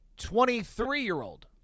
23-year-old